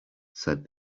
said